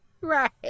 Right